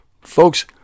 Folks